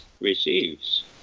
receives